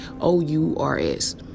O-U-R-S